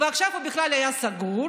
ועכשיו הוא בכלל היה סגור,